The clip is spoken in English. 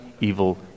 evil